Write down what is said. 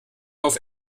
auf